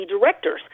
directors